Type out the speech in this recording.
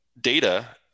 data